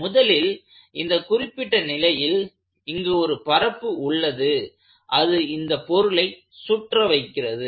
முதலில் இந்த குறிப்பிட்ட நிலையில் இங்கு ஒரு பரப்பு உள்ளது அது இந்த பொருளை சுற்ற வைக்கிறது